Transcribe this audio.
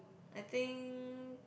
I think